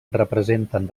representen